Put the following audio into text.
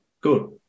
Good